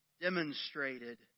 demonstrated